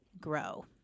grow